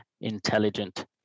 intelligent